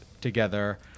together